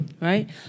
right